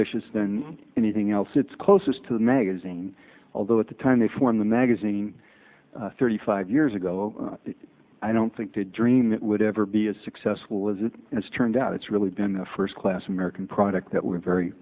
ambitious than anything else it's closest to the magazine although at the time they form the magazine thirty five years ago i don't think the dream that would ever be as successful as it has turned out it's really been the first class american product that we're very